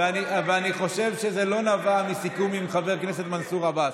ואני חושב שזה לא נבע מסיכום עם חבר הכנסת מנסור עבאס.